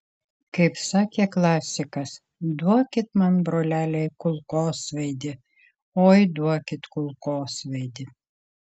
kaip sakė klasikas duokit man broleliai kulkosvaidį oi duokit kulkosvaidį